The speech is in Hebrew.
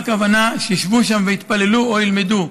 הכוונה שישבו שם ויתפללו או ילמדו,